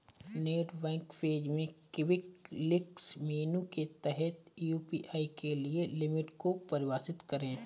net bank page में quick links menu के तहत यू.पी.आई के लिए लिमिट को परिभाषित करें